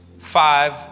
five